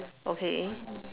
okay